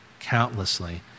countlessly